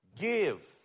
give